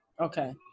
okay